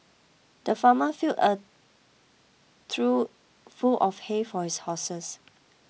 the farmer filled a trough full of hay for his horses